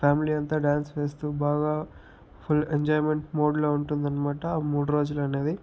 family అంతా dance వేస్తూ బాగా ఫుల్ ఎంజాయ్మెంట్ మూడ్లో ఉంటుందనమాట ఆ మూడు రోజులనేది